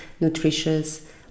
nutritious